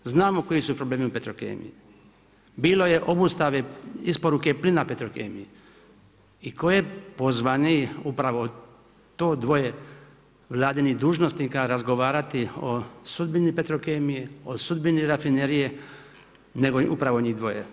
Znamo koji su problemi u Petrokemiji, bilo je obustave isporuke plina Petrokemiji i tko je pozvaniji upravo to dvoje vladinih dužnosnika razgovarati o sudbini Petrokemije, o sudbini rafinerije negoli upravo njih dvoje.